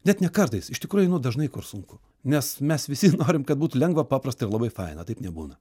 net ne kartais iš tikrųjų einu dažnai kur sunku nes mes visi norim kad būtų lengva paprasta ir labai faina taip nebūna